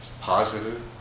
positive